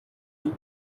دید